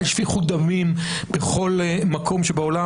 על שפיכות דמים בכל מקום שבעולם,